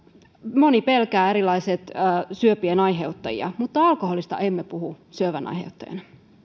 moni pelkää erilaisia syöpien aiheuttajia mutta alkoholista emme puhu syövän aiheuttajana